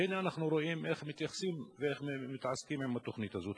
והנה אנחנו רואים איך מתייחסים ואיך מתעסקים עם התוכנית הזאת.